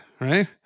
right